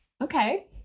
Okay